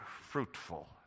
fruitful